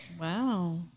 Wow